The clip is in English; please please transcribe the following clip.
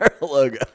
logo